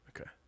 Okay